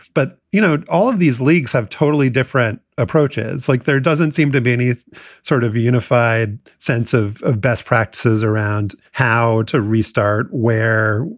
but, you know, all of these leagues have totally different approaches like there doesn't seem to be any sort of unified sense of of best practices around how to restart where,